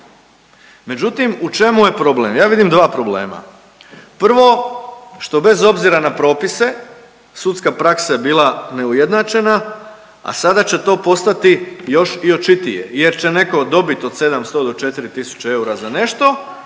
Međutim, u čemu je problem? Ja vidim dva problema. Prvo što bez obzira na propisa sudska praksa je bila neujednačena, a sada će to postati još i očitije jer će neko dobiti od 700 do 4.000 eura za nešto,